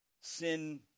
Sin